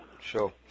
sure